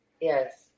Yes